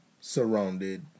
surrounded